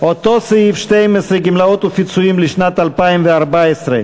גמלאות ופיצויים (גמלאות ופיצויים,